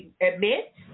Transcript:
admit